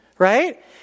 Right